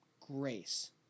grace